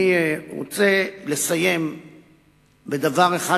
אני רוצה לסיים בדבר אחד,